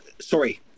sorry